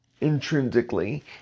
intrinsically